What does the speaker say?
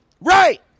Right